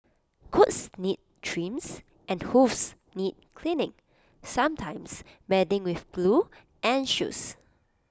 coats need trims and hooves need cleaning sometimes mending with glue and shoes